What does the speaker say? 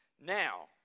Now